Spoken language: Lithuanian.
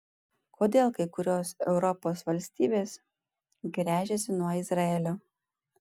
kodėl kai kurios europos valstybės gręžiasi nuo izraelio